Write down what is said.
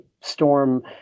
storm